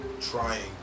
trying